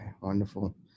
Wonderful